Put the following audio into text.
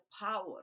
power